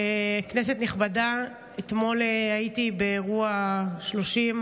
כנסת נכבדה, אתמול הייתי באירוע השלושים